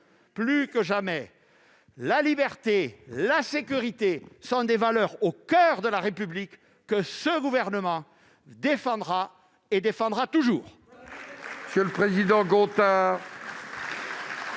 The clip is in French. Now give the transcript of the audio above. Plus que jamais, la liberté et la sécurité sont des valeurs au coeur de la République. Ce gouvernement les défendra et les défendra toujours